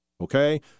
okay